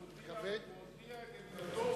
הוא הודיע את עמדתו